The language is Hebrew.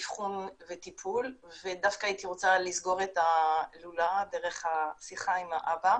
אבחון וטיפול ודווקא הייתי רוצה לסגור את הלולאה דרך השיחה עם האבא,